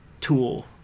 tool